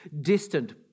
distant